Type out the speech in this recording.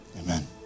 Amen